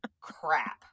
crap